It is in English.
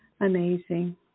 amazing